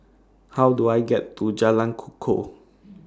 How Do I get to Jalan Kukoh